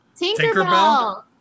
Tinkerbell